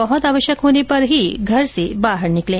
बहत आवश्यक होने पर ही घर से बाहर निकलें